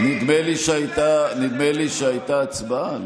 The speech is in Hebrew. אבל נדמה לי שהייתה הצבעה,